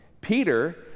Peter